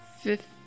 Fifth